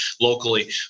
locally